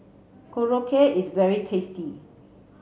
Korokke is very tasty